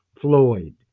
Floyd